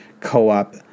co-op